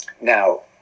Now